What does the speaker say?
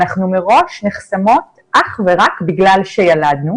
אנחנו מראש נחסמות אך ורק בגלל שילדנו.